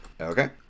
Okay